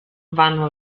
vanno